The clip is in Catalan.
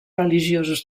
religiosos